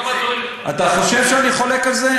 אתה חושב שאני חולק על זה?